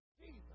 Jesus